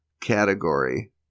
category